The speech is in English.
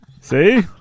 See